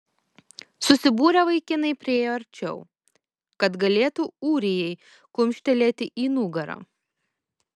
susibūrę vaikinai priėjo arčiau kad galėtų ūrijai kumštelėti į nugarą